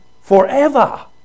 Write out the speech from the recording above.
forever